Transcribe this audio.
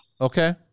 Okay